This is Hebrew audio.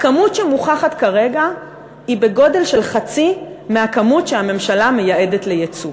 הכמות שמוכחת כרגע היא בגודל של חצי מהכמות שהממשלה מייעדת ליצוא.